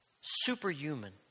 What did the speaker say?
superhuman